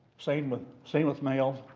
same with same with males.